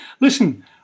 Listen